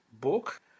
book